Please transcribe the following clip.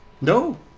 No